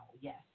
yes